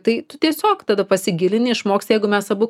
tai tu tiesiog tada pasigilini išmoksi jeigu mes abu